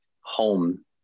home